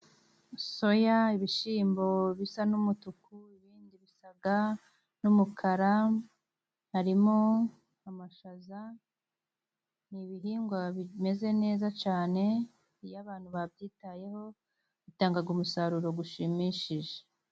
Soya ,ibishyimbo bisa n'umutuku, ibindi bisa n'umukara, harimo amashaza, ni ibihingwa bimeze neza cyane iyo abantu babyitayeho bitanga umusaruro ushimishije.